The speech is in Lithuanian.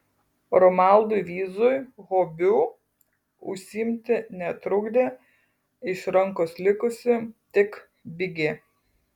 romualdui vyzui hobiu užsiimti netrukdė iš rankos likusi tik bigė